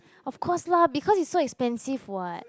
of course lah because it's so expensive [what]